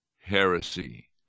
heresy